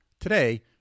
Today